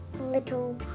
little